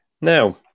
Now